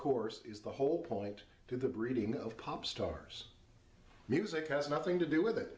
course is the whole point to the breeding of pop stars music has nothing to do with it